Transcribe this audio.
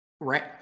right